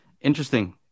interesting